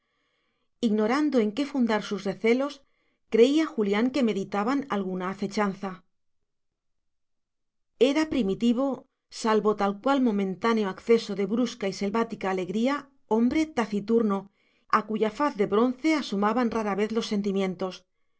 ignorando en qué fundar sus recelos creía julián que meditaban alguna asechanza era primitivo salvo tal cual momentáneo acceso de brusca y selvática alegría hombre taciturno a cuya faz de bronce asomaban rara vez los sentimientos